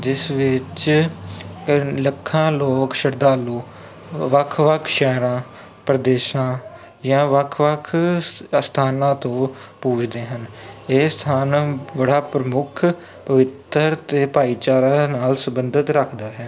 ਜਿਸ ਵਿੱਚ ਅ ਲੱਖਾਂ ਲੋਕ ਸ਼ਰਧਾਲੂ ਵੱਖ ਵੱਖ ਸ਼ਹਿਰਾਂ ਪ੍ਰਦੇਸ਼ਾਂ ਜਾਂ ਵੱਖ ਵੱਖ ਸ ਅਸਥਾਨਾਂ ਤੋਂ ਪੂਜਦੇ ਹਨ ਇਹ ਸਥਾਨ ਬੜਾ ਪ੍ਰਮੁੱਖ ਪਵਿੱਤਰ ਅਤੇ ਭਾਈਚਾਰਿਆਂ ਨਾਲ ਸਬੰਧਤ ਰੱਖਦਾ ਹੈ